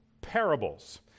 parables